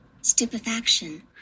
Stupefaction